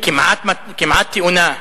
כמעט תאונה,